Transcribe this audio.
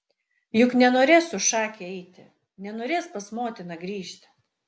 juk nenorės su šake eiti nenorės pas motiną grįžti